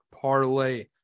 parlay